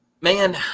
man